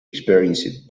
experienced